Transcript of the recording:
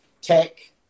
tech